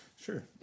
Sure